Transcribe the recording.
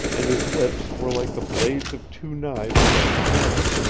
and his lips were like the blades of two knives set together.